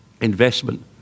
investment